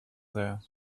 there